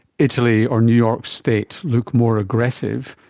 italy or new york state look more aggressive,